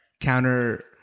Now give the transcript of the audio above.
counter